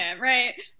right